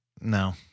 No